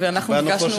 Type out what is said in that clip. ואנחנו ביקשנו,